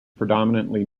predominantly